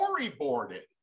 storyboarded